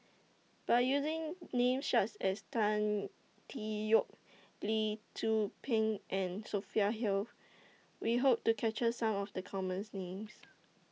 By using Names such as Tan Tee Yoke Lee Tzu Pheng and Sophia Hill We Hope to capture Some of The commons Names